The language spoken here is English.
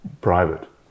private